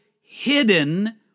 hidden